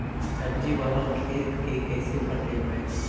सब्जी बाला खेत के कैसे पटइबै?